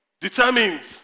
determines